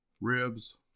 Ribs